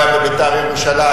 לא היה ב"בית"ר ירושלים",